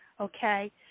Okay